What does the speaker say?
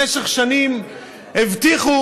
במשך שנים הבטיחו,